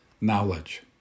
knowledge